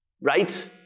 Right